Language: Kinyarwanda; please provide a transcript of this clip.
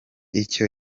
icyo